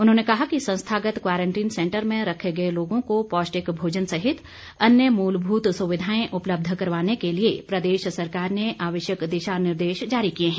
उन्होंने कहा कि संस्थागत क्वारंटीन सैंटर में रखे गए लोगों को पौष्टिक भोजन सहित अन्य मूलभूत सुविधाएं उपलब्ध करवाने के लिए प्रदेश सरकार ने आवश्यक दिशा निर्देश जारी किए हैं